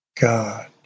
God